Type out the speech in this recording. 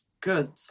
good